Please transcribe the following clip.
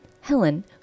Helen